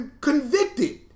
convicted